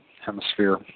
Hemisphere